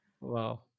Wow